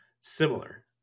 similar